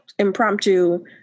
impromptu